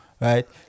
right